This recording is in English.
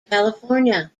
california